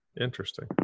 Interesting